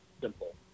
simple